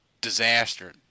disaster